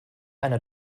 einer